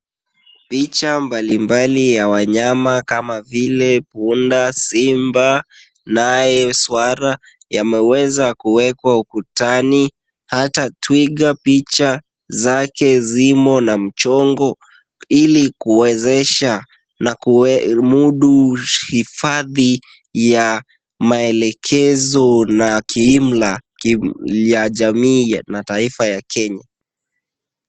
Picha mbalimbali ya wanyama kama vile punda, simba, naye swara, zimeweza kuwekwa ukutani. Hata twiga picha zake zimo na mchongo ili kuwezesha na kumudu hifadhi ya maelekezo na kiimla ya jamii na taifa la Kenya.